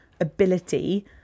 ability